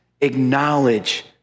acknowledge